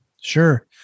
Sure